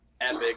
Epic